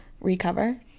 recover